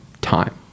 time